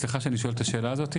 סליחה שאני שואל את השאלה הזאת.